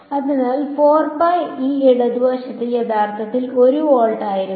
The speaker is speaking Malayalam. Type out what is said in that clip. അതിനാൽ ഇടതുവശം യഥാർത്ഥത്തിൽ 1 വോൾട്ട് ആയിരുന്നു